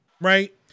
right